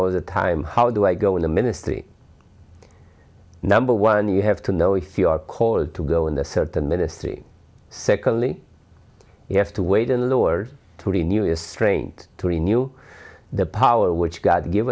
all the time how do i go in the ministry number one you have to know if you are called to go in the certain ministry secondly you have to wait in the words to the newest strained to renew the power which god give